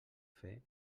fer